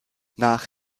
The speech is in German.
nach